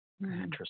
Interesting